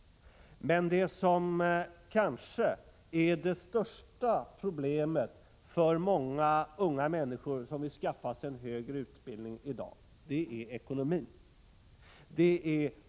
Men det som i dag kanske är det största problemet för många unga människor som vill skaffa sig en högre utbildning är ekonomin.